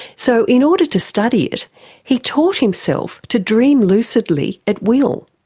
so in order to study it he taught himself to dream lucidly at will.